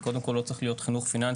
זה קודם כל לא צריך להיות חינוך פיננסי,